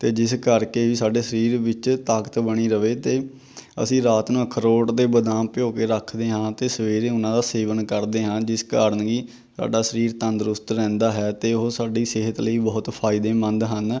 ਅਤੇ ਜਿਸ ਕਰਕੇ ਵੀ ਸਾਡੇ ਸਰੀਰ ਵਿੱਚ ਤਾਕਤ ਬਣੀ ਰਹੇ ਅਤੇ ਅਸੀਂ ਰਾਤ ਨੂੰ ਅਖਰੋਟ ਅਤੇ ਬਦਾਮ ਭਿਓਂ ਕੇ ਰੱਖਦੇ ਹਾਂ ਅਤੇ ਸਵੇਰੇ ਉਹਨਾਂ ਦਾ ਸੇਵਨ ਕਰਦੇ ਹਾਂ ਜਿਸ ਕਾਰਨ ਕਿ ਸਾਡਾ ਸਰੀਰ ਤੰਦਰੁਸਤ ਰਹਿੰਦਾ ਹੈ ਅਤੇ ਉਹ ਸਾਡੀ ਸਿਹਤ ਲਈ ਬਹੁਤ ਫਾਇਦੇਮੰਦ ਹਨ